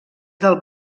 del